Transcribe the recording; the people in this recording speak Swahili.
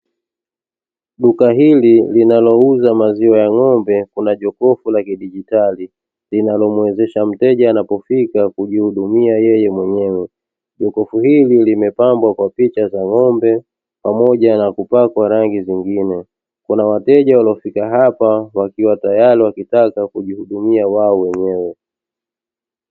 Duka hili linalouza maziwa ya ng’ombe, kuna jokofu la kidijitali linalomuwezesha mteja anapofika kujihudumia yeye mwenyewe. Jokofu limepambwa kwa picha za ng’ombe pamoja na kupakwa rangi zingine. Kuna wateja waliofika hapa wakiwa tayari wanataka kujihudumia wao wenyewe.